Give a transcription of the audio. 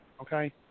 Okay